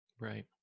Right